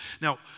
Now